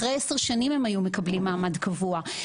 אחרי עשר שנים הם היו מקבלים מעמד קבוע,